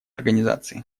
организации